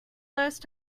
last